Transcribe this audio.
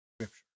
scripture